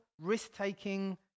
risk-taking